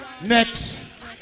next